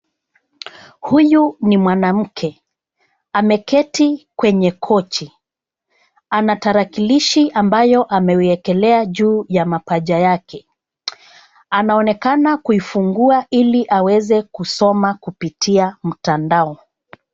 Huyu ni mwanamke, ameketi kwenye kochi, ana tarakilishi ambayo ameiwekelea juu ya mapaja yake. Anaonekana kuifungua ili aweze kusoma kupitia mtandao.